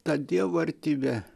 tą dievo artybę